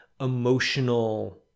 emotional